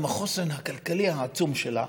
עם החוסן הכלכלי העצום שלה,